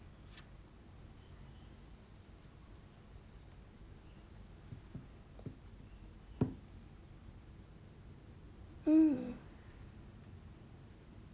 mm